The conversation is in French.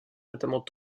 notamment